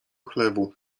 chlewu